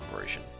version